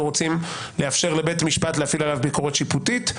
רוצים לאפשר לבית המשפט להפעיל עליו ביקורת שיפוטית.